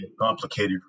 complicated